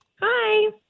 Hi